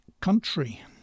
country